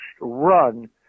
run